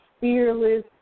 fearless